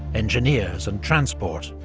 engineers and transport.